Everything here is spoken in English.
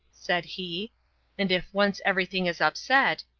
said he and if once everything is upset,